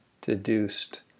deduced